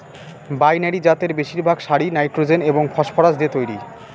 binary জাতের বেশিরভাগ সারই নাইট্রোজেন এবং ফসফরাস দিয়ে তৈরি